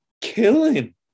killing